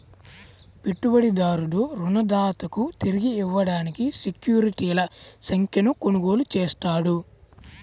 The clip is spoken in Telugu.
పెట్టుబడిదారుడు రుణదాతకు తిరిగి ఇవ్వడానికి సెక్యూరిటీల సంఖ్యను కొనుగోలు చేస్తాడు